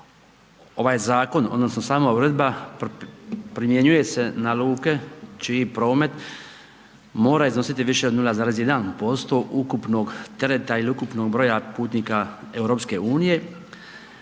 ovaj zakon odnosno sama uredba primjenjuje se na luke čiji promet mora iznositi više od 0,1% ukupnog tereta ili ukupnog broja putnika EU,